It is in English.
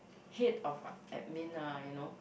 head of what admin ah you know